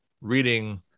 reading